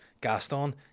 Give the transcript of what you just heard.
Gaston